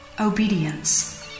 Obedience